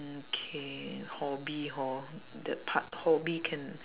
mm K hobby hor that part hobby can